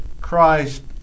Christ